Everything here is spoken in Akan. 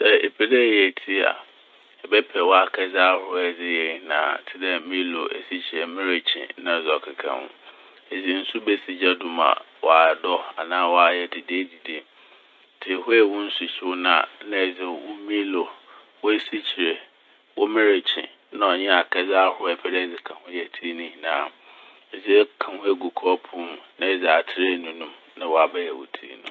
Sɛ epɛ dɛ eyɛ tsii a ebɛpɛ w'akɛdze ahorow a edze yɛ nyinaa. Tse dɛ "milo" esikyere, milkye ne dza ɔkeka ho. Edze nsu besi gya do ma ɔadɔ anaa ɔayɛ dedeededee. Ntsi ehuei wo nsuhyew no a na edze wo "milo", w'esikyere, wo milkye na akɛdze ahorow a epɛdɛ edze ka ho yɛ tsii ne nyinaa no edze aka ho egu kɔɔpow no mu na edze atser enunu mu na ɔabɛyɛ wo tsii no.